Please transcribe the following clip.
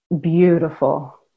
beautiful